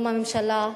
לא לממשלה,